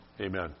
Amen